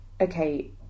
Okay